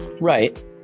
Right